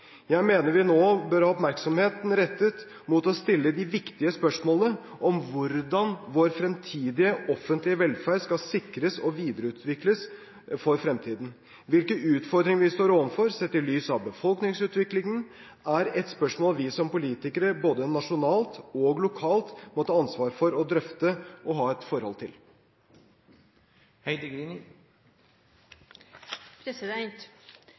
Jeg mener vi nå bør ha oppmerksomheten rettet mot å stille de viktige spørsmålene om hvordan vår fremtidige offentlige velferd skal sikres og videreutvikles for fremtiden. Hvilke utfordringer vi står overfor sett i lys av befolkningsutviklingen, er et spørsmål vi som politikere, både nasjonalt og lokalt, må ta ansvar for å drøfte og ha et forhold til.